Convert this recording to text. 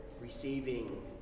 receiving